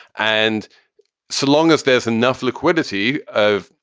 and so long as there's enough liquidity of,